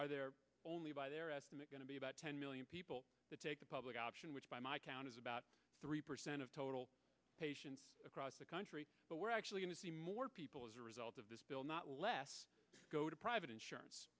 are there only by their estimate going to be about ten million people to take the public option which by my count is about three percent of total patients across the country but we're actually going to see more people as a result of this bill not less go to private insurance